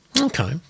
Okay